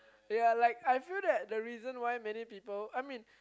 yea like I feel that the reason why many people I mean